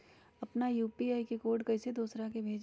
अपना यू.पी.आई के कोड कईसे दूसरा के भेजी?